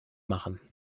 machen